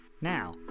Now